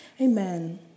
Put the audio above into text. Amen